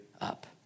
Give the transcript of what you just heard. up